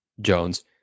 Jones